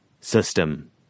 System